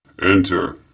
Enter